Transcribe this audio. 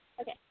Okay